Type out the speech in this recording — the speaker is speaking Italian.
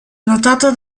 notata